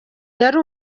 yari